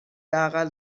اقل